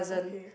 okay